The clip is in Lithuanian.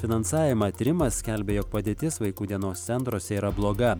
finansavimą tyrimas skelbia jog padėtis vaikų dienos centruose yra bloga